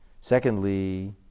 Secondly